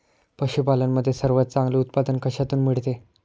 पशूपालन मध्ये सर्वात चांगले उत्पादन कशातून मिळते?